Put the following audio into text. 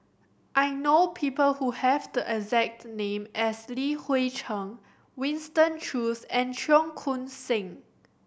I know people who have the exact name as Li Hui Cheng Winston Choos and Cheong Koon Seng